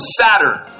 Saturn